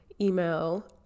email